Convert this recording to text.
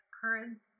current